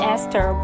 Esther